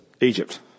Egypt